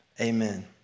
Amen